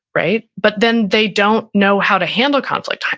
right? but then they don't know how to handle conflict.